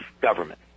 government